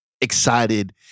excited